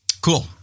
Cool